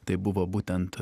tai buvo būtent